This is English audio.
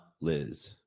Liz